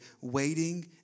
waiting